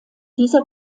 dieser